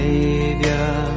Savior